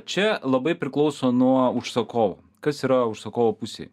čia labai priklauso nuo užsakovo kas yra užsakovo pusėj